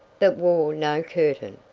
that wore no curtain,